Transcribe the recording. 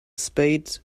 spade